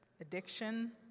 addiction